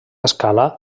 escala